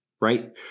Right